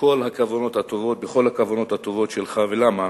בכל הכוונות הטובות שלך, ולמה?